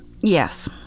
Yes